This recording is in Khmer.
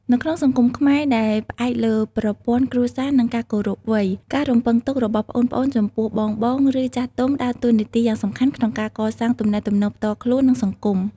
នៅក្នុងសង្គមខ្មែរដែលផ្អែកលើប្រព័ន្ធគ្រួសារ និងការគោរពវ័យ ការរំពឹងទុករបស់ប្អូនៗចំពោះបងៗ ឬចាស់ទុំដើរតួនាទីយ៉ាងសំខាន់ក្នុងការកសាងទំនាក់ទំនងផ្ទាល់ខ្លួន និងសង្គម។